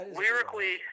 lyrically